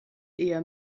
eher